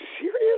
serious